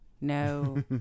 No